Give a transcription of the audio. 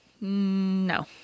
No